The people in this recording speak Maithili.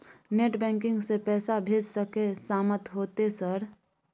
नेट बैंकिंग से पैसा भेज सके सामत होते सर?